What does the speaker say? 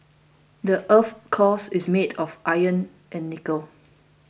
the earth's core is made of iron and nickel